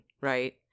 right